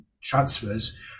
transfers